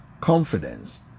Confidence